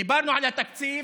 דיברנו על התקציב,